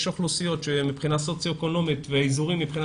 יש אוכלוסיות שמבחינה סוציואקונומית ואזורים מבחינה